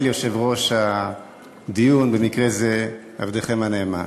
אל יושב-ראש הדיון, במקרה זה, עבדכם הנאמן.